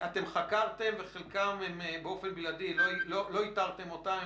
חלקם אתם חקרתם וחלקם באופן בלעדי לא איתרתם אותם,